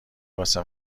واسه